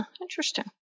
Interesting